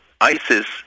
ISIS